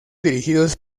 dirigidos